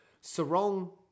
Sarong